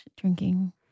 drinking